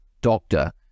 doctor